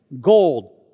gold